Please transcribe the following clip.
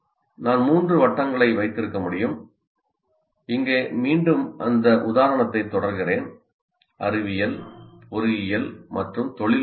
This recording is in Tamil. நான் மூன்று வட்டங்களை வைத்திருக்க முடியும் இங்கே மீண்டும் இந்த உதாரணத்தைத் தொடர்கிறேன் அறிவியல் பொறியியல் மற்றும் தொழில்நுட்பம்